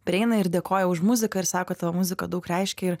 prieina ir dėkoja už muziką ir sako tavo muzika daug reiškia ir